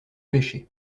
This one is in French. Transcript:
pêchez